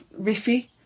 riffy